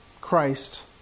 Christ